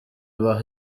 ibaha